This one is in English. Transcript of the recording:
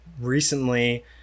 recently